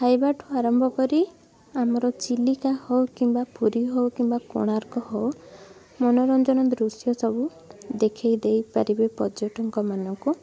ଖାଇବାଠୁ ଆରମ୍ଭ କରି ଆମର ଚିଲିକା ହଉ କିମ୍ବା ପୁରୀ ହଉ କିମ୍ବା କୋଣାର୍କ ହଉ ମନୋରଞ୍ଜନ ଦୃଶ୍ୟ ସବୁ ଦେଖେଇ ଦେଇ ପାରିବେ ପର୍ଯ୍ୟଟକମାନଙ୍କୁ